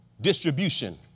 distribution